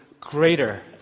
greater